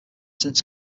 since